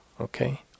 Okay